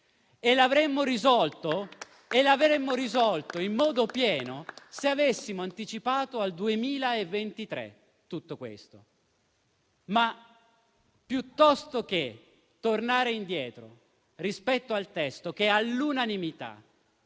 L'avremmo risolto in modo pieno se avessimo anticipato tutto questo al 2023. Tuttavia, piuttosto che tornare indietro rispetto al testo che all'unanimità,